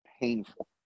painful